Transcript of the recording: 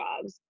jobs